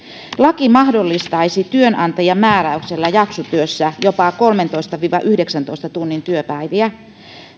laki mahdollistaisi työnantajan määräyksellä jaksotyössä jopa kolmentoista viiva yhdeksäntoista tunnin työpäiviä ja